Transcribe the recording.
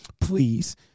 please